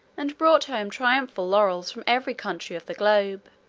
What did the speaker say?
and brought home triumphal laurels from every country of the globe.